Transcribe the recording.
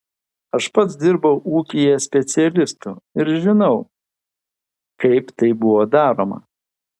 aš pats dirbau ūkyje specialistu ir žinau kaip tai buvo daroma